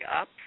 up